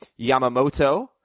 Yamamoto